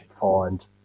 find